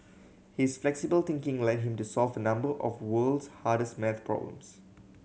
his flexible thinking led him to solve number of world's hardest maths problems